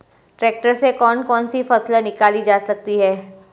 Tractor से कौन कौनसी फसल निकाली जा सकती हैं?